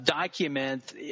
document